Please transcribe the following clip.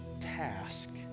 task